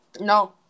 No